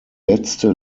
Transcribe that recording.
letzte